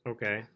Okay